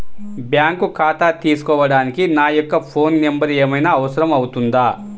Bank ఖాతా తీసుకోవడానికి నా యొక్క ఫోన్ నెంబర్ ఏమైనా అవసరం అవుతుందా?